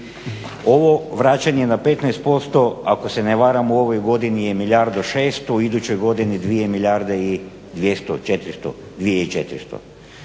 Ovo vračanje na 15%, ako se ne varam u ovoj godini je milijarda i 600, u idućoj godini dvije